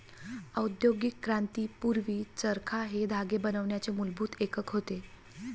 औद्योगिक क्रांती पूर्वी, चरखा हे धागे बनवण्याचे मूलभूत एकक होते